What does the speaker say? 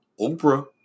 Oprah